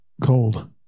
cold